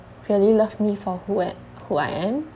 purely love me for who I who I am